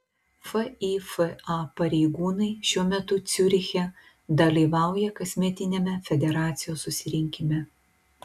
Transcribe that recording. fifa pareigūnai šiuo metu ciuriche dalyvauja kasmetiniame federacijos susirinkime